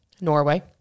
Norway